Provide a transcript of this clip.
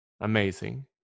Amazing